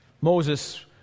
Moses